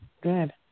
Good